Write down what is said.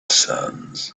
sands